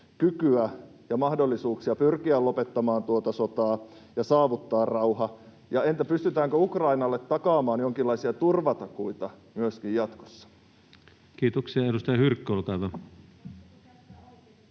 kykyä ja mahdollisuuksia pyrkiä lopettamaan tuota sotaa ja saavuttaa rauha? Entä pystytäänkö Ukrainalle takaamaan jonkinlaisia turvatakuita myöskin jatkossa? Kiitoksia. — Edustaja Hyrkkö, olkaa hyvä.